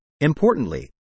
Importantly